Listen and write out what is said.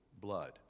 blood